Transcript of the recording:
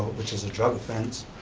which is a drug offense,